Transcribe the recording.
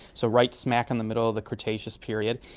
so right smack in the middle of the cretaceous period,